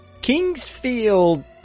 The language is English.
Kingsfield